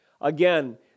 Again